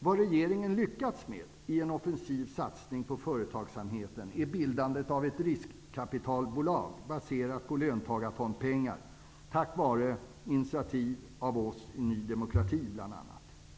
Vad regeringen lyckats med i en offensiv satsning på företagsamheten är bildandet av ett riskkapitalbolag baserat på löntagarfondspengar -- tack vare initiativ av bl.a. oss i Ny demokrati.